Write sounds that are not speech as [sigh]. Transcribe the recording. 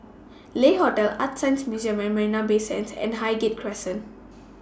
Le Hotel ArtScience Museum At Marina Bay Sands and Highgate Crescent [noise]